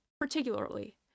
particularly